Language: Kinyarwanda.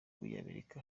w’umunyamerika